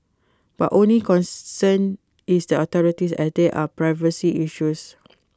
but only concern is the authorities as they are privacy issues